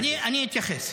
אני אתייחס.